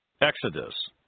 Exodus